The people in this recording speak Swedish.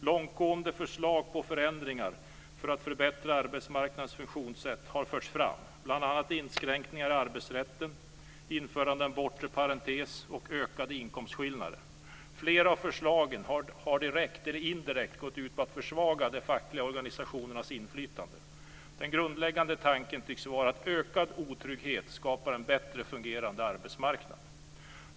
Långtgående förslag till förändringar för att förbättra arbetsmarknadens funktionssätt har förts fram, bl.a. inskränkningar i arbetsrätten, införande av en bortre parentes och ökade inkomstskillnader. Flera av förslagen har direkt eller indirekt gått ut på att försvaga de fackliga organisationernas inflytande. Den grundläggande tanken tycks vara att ökad otrygghet skapar en bättre fungerande arbetsmarknad.